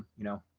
you know.